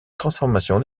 transformation